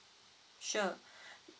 sure